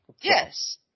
Yes